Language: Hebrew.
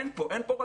אין פה רציונל.